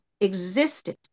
existed